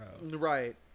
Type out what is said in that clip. Right